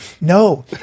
No